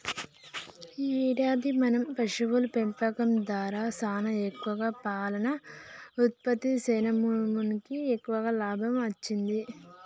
ఈ ఏడాది మన పశువుల పెంపకం దారా సానా ఎక్కువ పాలను ఉత్పత్తి సేసినాముమనకి ఎక్కువ లాభం అచ్చింది